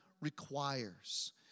requires